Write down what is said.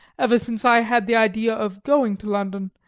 ever since i had the idea of going to london,